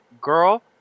girl